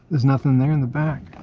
there's nothing there in the back